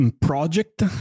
project